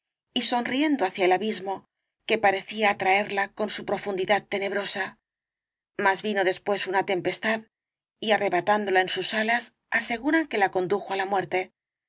y sonriendo hacia el abismo que parecía atraerla con su profundidad tenebrosa mas vino después una tempestad y arrebatándola en sus alas aseguran que la condujo á la muerte